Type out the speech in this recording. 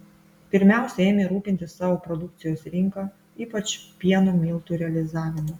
pirmiausia ėmė rūpintis savo produkcijos rinka ypač pieno miltų realizavimu